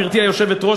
גברתי היושבת-ראש,